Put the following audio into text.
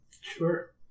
Sure